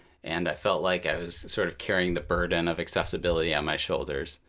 and i felt like i was sort of carrying the burden of accessibility on my shoulders.